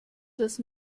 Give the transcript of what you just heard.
das